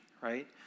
right